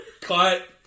Cut